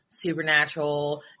supernatural